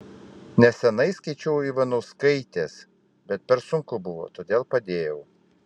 neseniai skaičiau ivanauskaitės bet per sunku buvo todėl padėjau